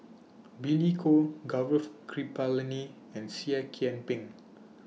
Billy Koh Gaurav Kripalani and Seah Kian Peng